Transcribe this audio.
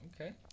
Okay